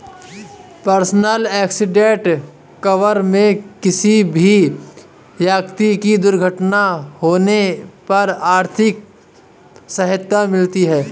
personal accident cover में किसी भी व्यक्ति की दुर्घटना होने पर आर्थिक सहायता मिलती है